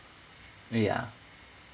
oh ya